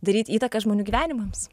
daryt įtaką žmonių gyvenimams